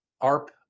ARP